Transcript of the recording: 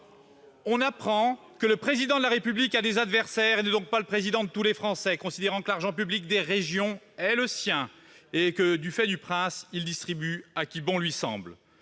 On apprend que le Président de la République a des adversaires, et n'est donc pas le président de tous les Français, considérant que l'argent public des régions est le sien et que, du fait du prince, il peut le distribuer à qui bon lui semble.